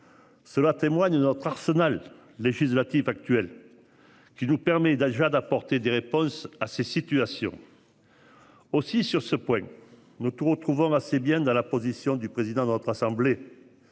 Cela témoigne notre arsenal législatif actuel. Qui nous permet d'adjoint d'apporter des réponses à ces situations. Aussi sur ce point ne tout trouvant assez bien dans la position du président de notre assemblée.